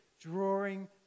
drawing